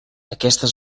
aquestes